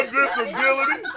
disability